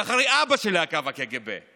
ואחרי אבא שלי עקב הקג"ב.